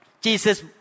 Jesus